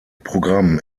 programm